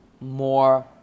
more